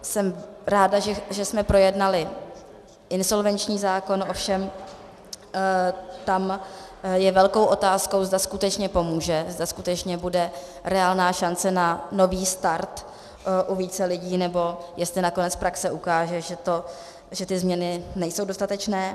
Jsem ráda, že jsme projednali insolvenční zákon, ovšem tam je velkou otázkou, zda skutečně pomůže, zda skutečně bude reálná šance na nový start u více lidí, nebo jestli nakonec praxe ukáže, že ty změny nejsou dostatečné.